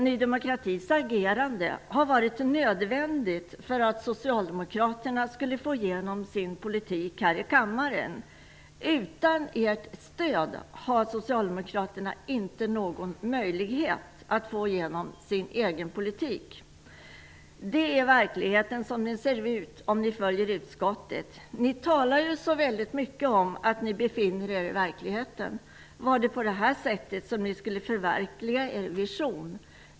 Ny demokratis agerande har varit nödvändigt för att socialdemokraterna skulle få igenom sin politik här i kammaren. Utan ert stöd har inte socialdemokraterna någon möjlighet att få igenom sin egen politik. Det är verkligheten som den ser ut om ni följer utskottets linje. Ni talar ju så mycket om att ni befinner er i verkligheten. Var det på det sättet som ni skulle förverkliga er vision?